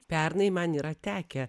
pernai man yra tekę